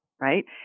right